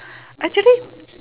actually